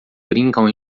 brincam